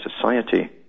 Society